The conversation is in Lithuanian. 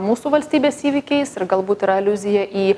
mūsų valstybės įvykiais ir galbūt yra aliuzija į